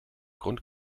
grund